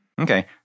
Okay